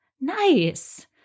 Nice